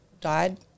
died